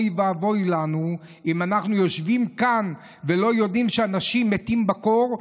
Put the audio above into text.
אוי ואבוי לנו אם אנחנו יושבים כאן ולא יודעים שאנשים מתים בקור.